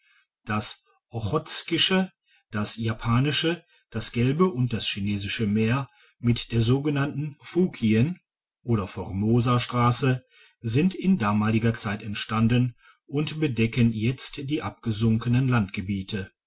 das ochotskische das japanische das gelbe und das chinesische meer mit der sogenannten fukien oder formosa strasse sind in damaliger zeit entstanden uud bedecken jetzt die abgesunkenen landgebiete